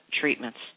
treatments